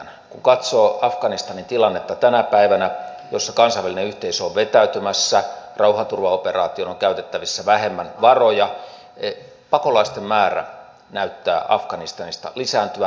kun katsoo afganistanin tilannetta tänä päivänä kansainvälinen yhteisö on vetäytymässä rauhanturvaoperaatioon on käytettävissä vähemmän varoja pakolaisten määrä näyttää afganistanista lisääntyvän